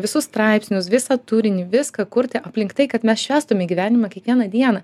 visus straipsnius visą turinį viską kurti aplink tai kad mes švęstume gyvenimą kiekvieną dieną